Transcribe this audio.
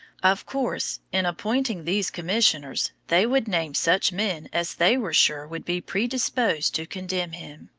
of course, in appointing these commissioners, they would name such men as they were sure would be predisposed to condemn him.